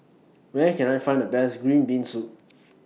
Where Can I Find The Best Green Bean Soup